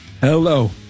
hello